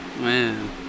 Man